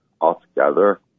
altogether